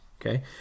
okay